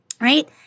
right